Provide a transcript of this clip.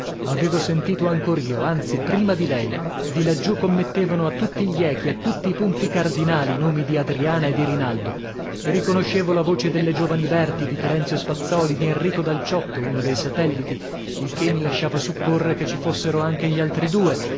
avevo sentito ancor io anzi prima di lei di laggiù commettevano a tutti gli echi a tutti i punti cardinali i nomi di adriana e di rinaldo riconoscevo la voce delle giovani berti di terenzio spazzòli di enrico dal ciotto uno dei satelliti il che mi lasciava supporre che ci fossero anche gli altri due